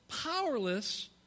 powerless